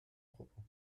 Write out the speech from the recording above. propos